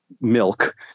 milk